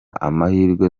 amahirwe